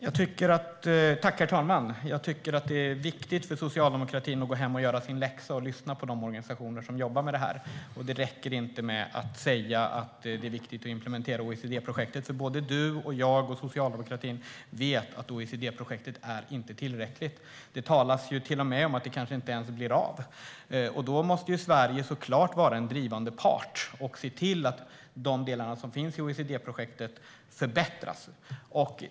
Herr talman! Jag tycker att det är viktigt för socialdemokratin att gå hem och göra sin läxa och lyssna på de organisationer som jobbar med detta. Det räcker inte att säga att det är viktigt att implementera OECD-projektet, för såväl du och jag som socialdemokratin vet att OECD-projektet inte är tillräckligt. Det talas till och med om att det kanske inte ens blir av. Då måste Sverige såklart vara en drivande part och se till att de delar som finns i OECD-projektet förbättras.